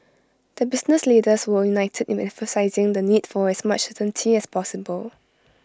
the business leaders were united in emphasising the need for as much certainty as possible